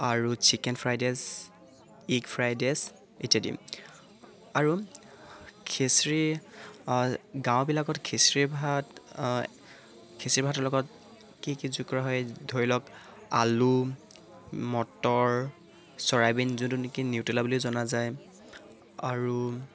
আৰু chicken fried rice egg fried rice ইত্যাদি আৰু খিচিৰি গাঁৱবিলাকত খিচিৰি ভাত খিচিৰি ভাতৰ লগত কি কি যোগ কৰা হয় ধৰি লওক আলু মটৰ চয়াবিন যোনটো নিকি নিউট্ৰেলা বুলি জনা যায় আৰু